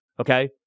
Okay